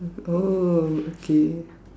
oh okay